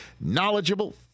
knowledgeable